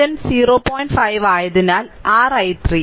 5 ആയതിനാൽ r i3